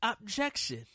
objection